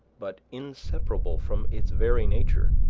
but inseparable from its very nature.